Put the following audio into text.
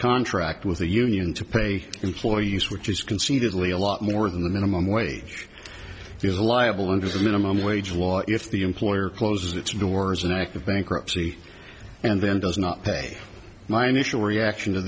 contract with the union to pay employees which is concededly a lot more than the minimum wage is liable under the minimum wage law if the employer closes its doors an act of bankruptcy and the does not pay my initial reaction to